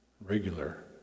regular